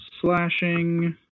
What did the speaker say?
slashing